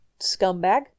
scumbag